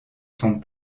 sont